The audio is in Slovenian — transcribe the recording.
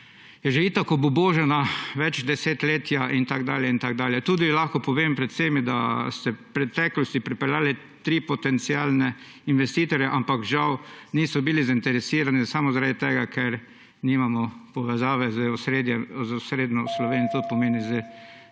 je že itak obubožana več desetletij. Tudi lahko povem pred vsemi, da ste v preteklosti pripeljali tri potencialne investitorje, ampak žal niso bili zainteresirani samo zaradi tega, ker nimamo povezave z osrednjo Slovenijo, to pomeni s